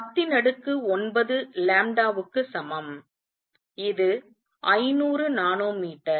இது 109 க்கு சமம் இது 500 நானோ மீட்டர்